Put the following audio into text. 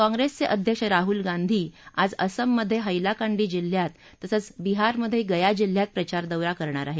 काँप्रेसचे अध्यक्ष राहुल गांधी आज असममधे हैलाकांडी जिल्ह्यात तसंच बिहारमधे गया जिल्ह्यात प्रचारदौरा करणार आहेत